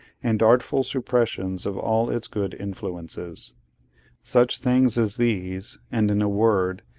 and artful suppressions of all its good influences such things as these, and in a word,